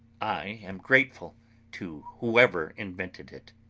i am grateful to whoever invented it.